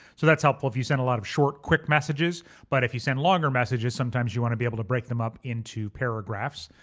so that's helpful if you send a lot of short quick messages but if you send longer messages, sometimes you wanna be able to break them up into paragraphs.